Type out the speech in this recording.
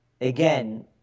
again